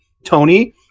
Tony